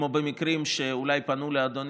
כמו במקרים שאולי פנו לאדוני,